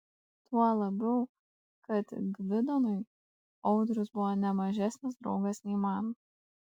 tuo labiau kad gvidonui audrius buvo ne mažesnis draugas nei man